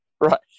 Right